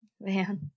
Man